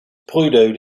pluto